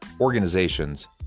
organizations